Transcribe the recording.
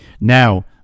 Now